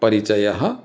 परिचयः